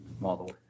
model